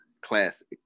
classic